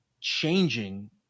changing